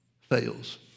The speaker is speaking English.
fails